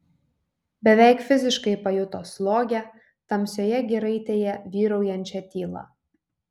beveik fiziškai pajuto slogią tamsioje giraitėje vyraujančią tylą